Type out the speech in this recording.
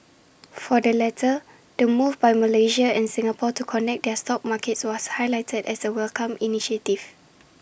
for the latter the move by Malaysia and Singapore to connect their stock markets was highlighted as A welcomed initiative